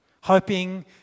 Hoping